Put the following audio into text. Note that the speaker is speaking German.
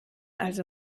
also